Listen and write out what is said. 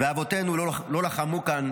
ואבותינו לא לחמו כאן